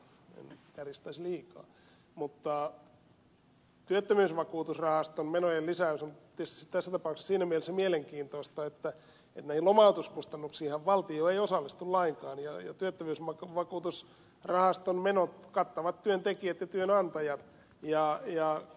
mutta työttömyysvakuutusrahaston menojen lisäys on tietysti tässä tapauksessa siinä mielessä mielenkiintoista että näihin lomautuskustannuksiinhan valtio ei osallistu lainkaan ja työttömyysvakuutusrahaston menot kattavat työntekijät ja työnantajat